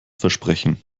versprechen